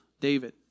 David